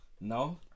No